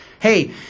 Hey